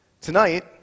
Tonight